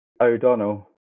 O'Donnell